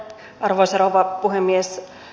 arvoisa rouva puhemies